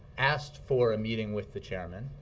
asked for a meeting with the chairman,